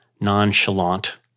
nonchalant